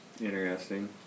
interesting